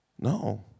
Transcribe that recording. No